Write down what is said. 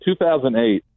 2008